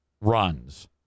runs